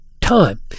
time